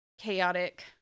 chaotic